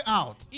out